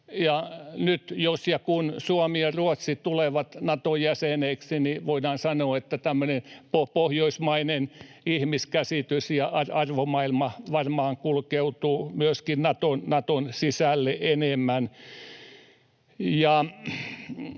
jos ja kun Suomi ja Ruotsi tulevat Naton jäseniksi, niin voidaan sanoa, että tämmöinen pohjoismainen ihmiskäsitys ja arvomaailma varmaan kulkeutuu myöskin Naton sisälle enemmän.